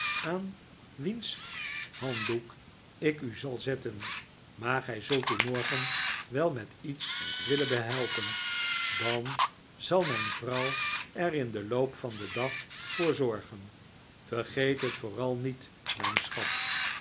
aan wiens handdoek ik u zal zetten maar gij zult u morgen wel met iets willen behelpen dan zal mijn vrouw er in den loop van den dag voor zorgen vergeet het vooral niet mijn schat